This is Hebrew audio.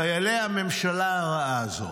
חיילי הממשלה הרעה הזאת.